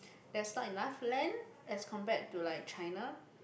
there is not enough land as compared to like China